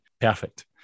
Perfect